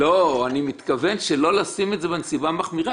אני מתכוון שלא להגדיר זאת כנסיבה מחמירה.